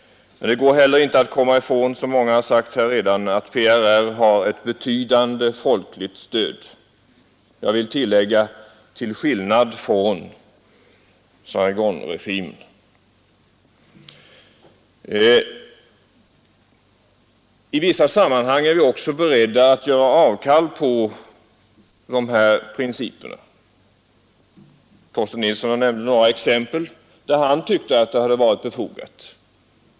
Men det går heller inte att komma ifrån, som många redan har sagt här, att PRR har ett betydande folkligt stöd jag vill tillägga: till skillnad från Saigonregimen. I vissa sammanhang är vi också beredda att göra avkall på de här principerna. Torsten Nilsson nämnde några fall där han tyckte att det hade varit befogat.